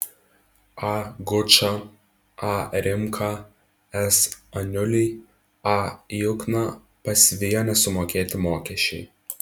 a gučą a rimką s aniulį a jukną pasivijo nesumokėti mokesčiai